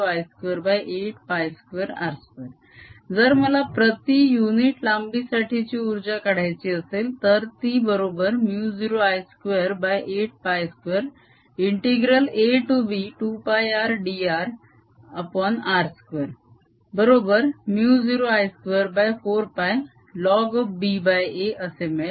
B0I2πr Energy density12002I242r20I282r2 जर मला प्रती युनिट लांबी साठीची उर्जा काढायची असेल तर ती बरोबर 0I282ab2πrdrr2 बरोबर 0I24πlnba असे मिळेल